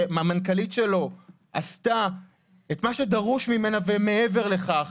שהמנכ"לית שלו עשתה את מה שדרוש ממנה ומעבר לכך.